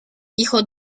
hijo